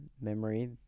memory